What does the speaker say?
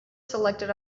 selected